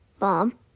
Mom